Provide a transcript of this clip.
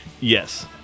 Yes